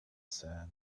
sand